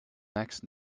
next